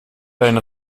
einen